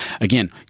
Again